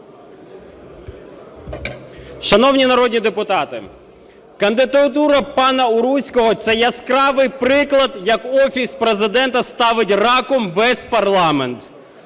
Шановні народні депутати, кандидатура пана Уруського – це яскравий приклад, як Офіс Президента "ставить раком" весь парламент.